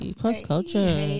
cross-culture